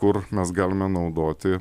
kur mes galime naudoti